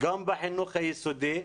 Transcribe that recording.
גם בחינוך היסודי,